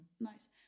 Nice